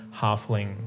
halfling